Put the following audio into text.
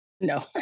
No